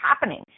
happening